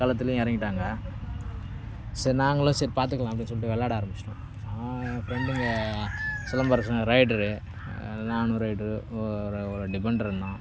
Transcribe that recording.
களத்திலையும் இறங்கிட்டாங்க சரி நாங்களும் சரி பார்த்துக்கலாம் அப்படின்னு சொல்லிகிட்டு விளையாட ஆரம்பிச்சுட்டோம் ஏ ஃப்ரெண்டுங்க சிலம்பரசன் ரைடர் நானும் ரைடர் ஒரு ஒரு டிஃபெண்டர் இருந்தான்